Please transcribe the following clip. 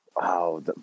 wow